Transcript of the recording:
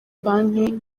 banki